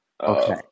Okay